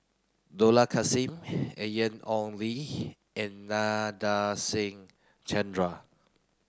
Dollah Kassim Ian Ong Li and Nadasen Chandra